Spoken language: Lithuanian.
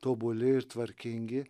tobuli ir tvarkingi